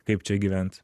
kaip čia gyvent